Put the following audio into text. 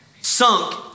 sunk